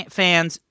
fans